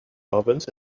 ovens